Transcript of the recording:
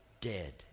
dead